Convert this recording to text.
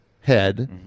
head